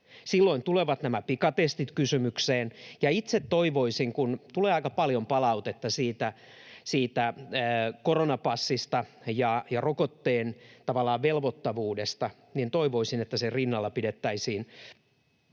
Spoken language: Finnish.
Silloin tulevat nämä pikatestit kysymykseen, ja itse toivoisin — kun tulee aika paljon palautetta koronapassista ja rokotteen velvoittavuudesta — että sen rinnalla pidettäisiin